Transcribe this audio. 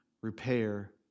repair